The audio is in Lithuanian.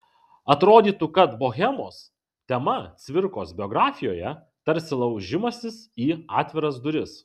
atrodytų kad bohemos tema cvirkos biografijoje tarsi laužimasis į atviras duris